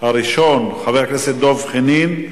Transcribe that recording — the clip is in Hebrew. הראשון הוא חבר הכנסת דב חנין,